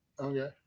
Okay